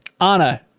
anna